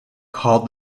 called